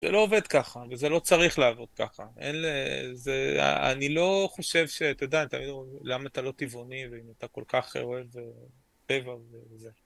זה לא עובד ככה, וזה לא צריך לעבוד ככה. אין, זה, אני לא חושב ש... אתה יודע, למה אתה לא טבעוני, אם אתה כל כך אוהב, טבע וזה.